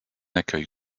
accueil